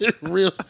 Real